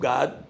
God